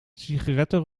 sigaretten